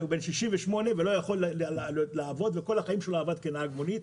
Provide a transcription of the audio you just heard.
בן 68 ולא יכול לעבוד וכל החיים שלו עבד כנהג מונית,